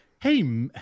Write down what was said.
hey